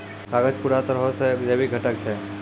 कागज पूरा तरहो से जैविक घटक छै